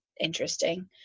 interesting